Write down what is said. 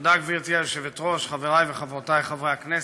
גברתי היושבת-ראש, תודה, חברי וחברותי חברי הכנסת,